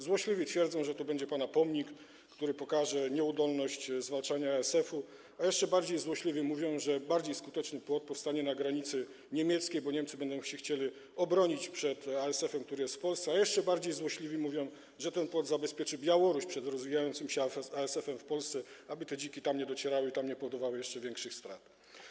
Złośliwi twierdzą, że to będzie pana pomnik, który pokaże nieudolność w zwalczaniu ASF-u, jeszcze bardziej złośliwi mówią, że bardziej skuteczny płot powstanie na granicy niemieckiej, bo Niemcy będą chcieli się obronić przed ASF-em, który jest w Polsce, a jeszcze bardziej złośliwi mówią, że ten płot zabezpieczy Białoruś przed rozwijającym się ASF-em w Polsce, aby te dziki tam nie docierały i nie powodowały tam jeszcze większych strat.